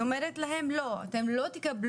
היא אומרת להם: לא, אתם לא תקבלו